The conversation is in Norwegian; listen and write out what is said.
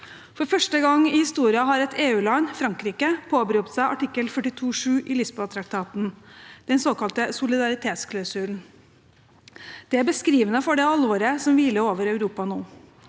For første gang i historien har et EU-land, Frankrike, påberopt seg artikkel 42-7 i Lisboa-traktaten, den såkalte solidaritetsklausulen. Det er beskrivende for det alvoret som hviler over Europa nå.